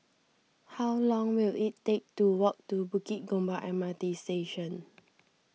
how long will it take to walk to Bukit Gombak M R T Station